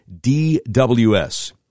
DWS